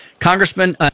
Congressman